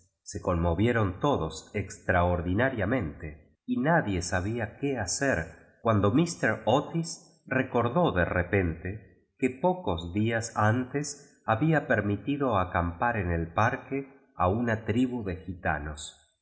se conmovieron todos extraordi nariamente y nadie sabía qué liacer cuando míster o ti recordó de repente que pocos días antes había permitido acampar en el parque o una tribu de gitanos